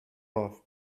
love